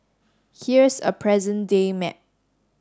here's a present day map